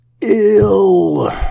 ill